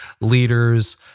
leaders